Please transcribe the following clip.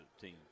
team